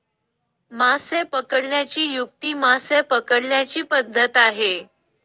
मासे पकडण्याची युक्ती मासे पकडण्याची पद्धत आहे